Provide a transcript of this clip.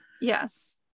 yes